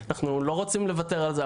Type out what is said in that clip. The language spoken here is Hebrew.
אנחנו לא רוצים לוותר על זה,